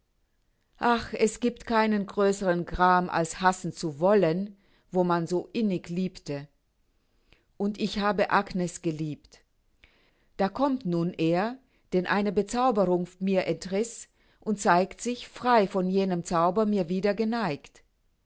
ach es giebt keinen größern gram als hassen zu wollen wo man so innig liebte und ich habe agnes geliebt da kommt nun er den eine bezauberung mir entriß und zeigt sich frei von jenem zauber mir wieder geneigt